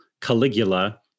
Caligula